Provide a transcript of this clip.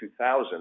2000